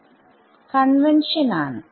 convention ആണ്